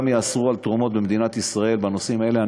יאסרו תרומות במדינת ישראל בנושאים האלה.